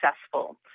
successful